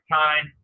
time